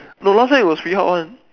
no last time it was pretty hot [one]